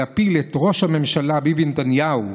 להפיל את ראש הממשלה ביבי נתניהו,